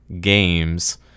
games